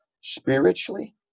spiritually